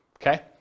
Okay